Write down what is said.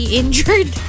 injured